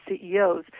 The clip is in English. CEOs